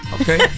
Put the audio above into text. Okay